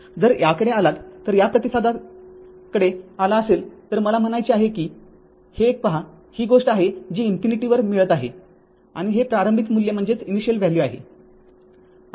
जर याकडे आलात जर या प्रतिसादाकडे आला असेल तर मला म्हणायचे आहे की हे एक पहा ही गोष्ट आहे जी ∞ वर मिळत आहे आणि हे प्रारंभिक मूल्य आहे